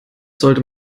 sollte